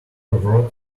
wrote